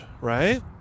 right